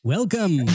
Welcome